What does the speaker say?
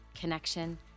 connection